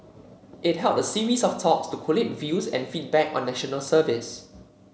it held a series of talks to collate views and feedback on National Service